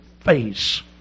face